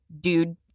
dude